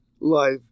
life